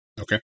Okay